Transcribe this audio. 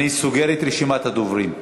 אני סוגר את רשימת הדוברים.